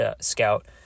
Scout